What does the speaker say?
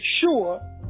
sure